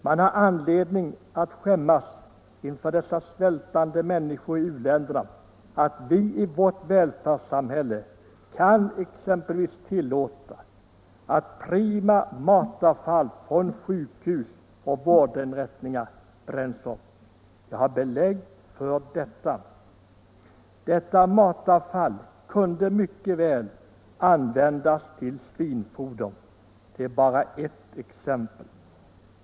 Man har anledning att skämmas inför dessa svältande människor i u-länderna över att vi i vårt välfärdssamhälle exempelvis kan tillåta att prima matavfall från sjukhus och vårdinrättningar bränns upp — jag har belägg för det. Detta matavfall kunde mycket väl användas till svinfoder. Det är bara ett exempel.